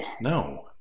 No